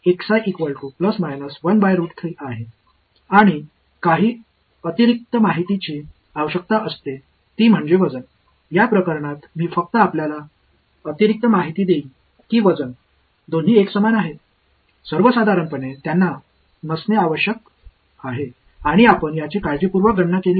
எனவே இந்த செயல்பாட்டைப் பார்க்கும் நோடுகளை நான் ஏற்கனவே அறிவேன் இந்த பாலினாமியல் யின் வேர்கள் வெறுமனே இருப்பதைக் காணலாம்